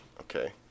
Okay